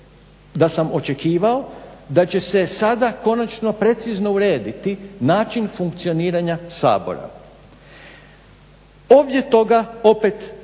da sam očekivao da će se sada konačno precizno urediti način funkcioniranja Sabora. Ovdje toga opet uopće